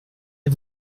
est